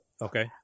Okay